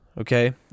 okay